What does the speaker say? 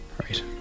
Right